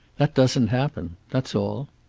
that doesn't happen. that's all.